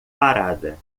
parada